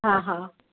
हा हा